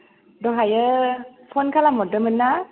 दहायो फन खालाम हरदोंमोनना